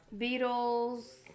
Beatles